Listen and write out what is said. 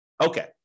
Okay